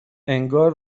انگار